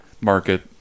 market